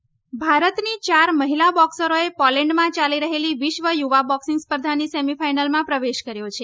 boxing ભારતની યાર મહિલા બોક્સરોચે પોલેન્ડમાં યાલી રહેલી વિશ્વ યુવા બોક્સિંગ સ્પર્ધાની સેમિફાઈનલમાં પ્રવેશ કર્યો છે